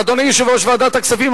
אדוני יושב-ראש ועדת הכספים,